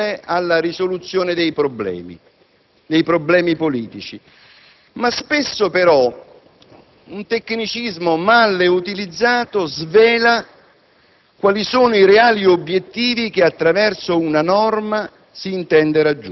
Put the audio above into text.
Signor Presidente, onorevoli colleghi, non credo che il tecnicismo, che pure a volte dovrebbe accompagnare le norme,